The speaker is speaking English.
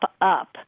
up